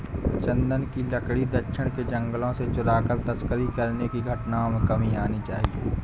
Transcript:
चन्दन की लकड़ी दक्षिण के जंगलों से चुराकर तस्करी करने की घटनाओं में कमी आनी चाहिए